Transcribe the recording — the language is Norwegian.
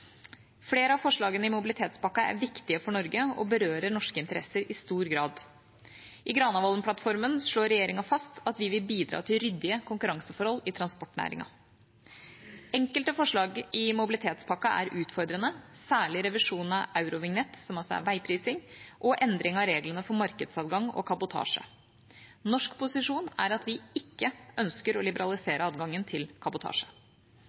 Flere av forslagene i mobilitetspakken er viktige for Norge og berører norske interesser i stor grad. I Granavolden-plattformen slår regjeringa fast at vi vil bidra til ryddige konkurranseforhold i transportnæringen. Enkelte forslag i mobilitetspakken er utfordrende, særlig revisjon av eurovignett, som altså er veiprising, og endring av reglene for markedsadgang og kabotasje. Norsk posisjon er at vi ikke ønsker å liberalisere adgangen til kabotasje.